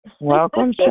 Welcome